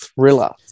thriller